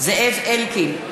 זאב אלקין,